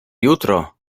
jutro